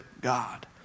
God